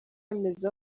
meza